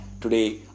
Today